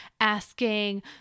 asking